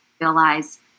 realize